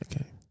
Okay